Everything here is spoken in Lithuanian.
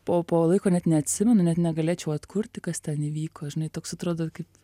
po po laiko net neatsimenu net negalėčiau atkurti kas ten įvyko žinai toks atrodo kaip